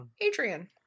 Adrian